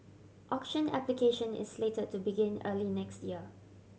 auction application is slate to begin early next year